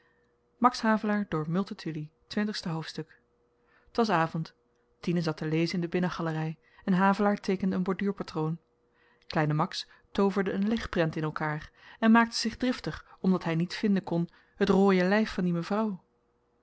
verbrugge twintigste hoofdstuk t was avend tine zat te lezen in de binnengalery en havelaar teekende een borduurpatroon kleine max tooverde een legprent in elkaar en maakte zich driftig omdat hy niet vinden kon het rooie lyf van die mevrouw